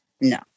No